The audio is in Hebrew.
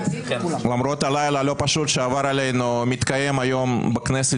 למרות הלילה הלא פשוט שעבר עלינו מתקיים היום בכנסת